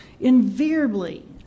invariably